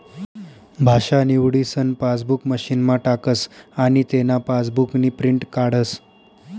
भाषा निवडीसन पासबुक मशीनमा टाकस आनी तेना पासबुकनी प्रिंट काढस